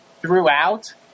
throughout